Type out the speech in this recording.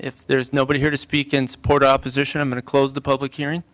if there's nobody here to speak in support opposition i'm going to close the public hearing